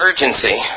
urgency